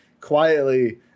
quietly